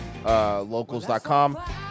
Locals.com